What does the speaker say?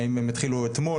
האם הם התחילו אתמול,